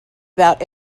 about